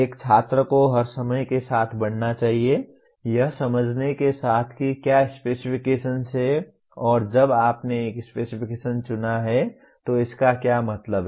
एक छात्र को हर समय के साथ बढ़ना चाहिए यह समझने के साथ कि क्या स्पेसिफिकेशन्स हैं और जब आपने एक स्पेसिफिकेशन्स चुना है तो इसका क्या मतलब है